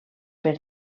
per